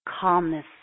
calmness